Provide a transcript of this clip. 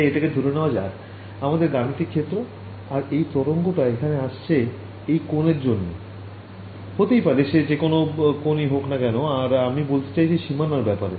তাই এটাকে ধরে নেওয়া যাক আমাদের গাণিতিক ক্ষেত্র আর এই তরঙ্গটা এখানে আসছে এই কোণের জন্য হতেই পারে সে যেকোনো কোণই হোক না কেন আর আমি বলতে চাইছি সীমানার ব্যাপারে